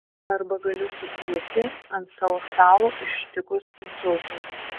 arba galiu sukniubti ant savo stalo ištikus insultui